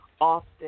often